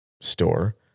store